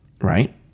right